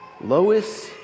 Lois